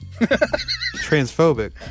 Transphobic